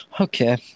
Okay